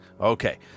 Okay